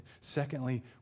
secondly